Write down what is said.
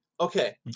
Okay